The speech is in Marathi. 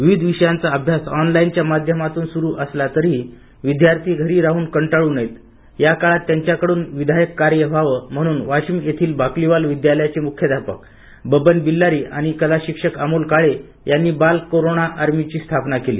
विविध विषयांचा अभ्यास ऑनलाइन च्या माध्यमातून सुरू असला तरीही विद्यार्थी घरी राहून कंटाळू नयेत याकाळात त्यांच्याकडून विधायक कार्य व्हावं म्हणून वाशिम येथील बाकलीवाल विद्यालयाचे मुख्याध्यापक बबन बिल्लारी आणि कलाशिक्षक अमोल काळे यांनी बाल कोरोंना आर्मीची स्थापन केली